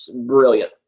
brilliant